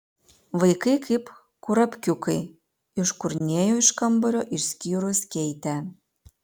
vaikai kaip kurapkiukai iškurnėjo iš kambario išskyrus keitę